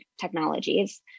technologies